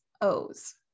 O's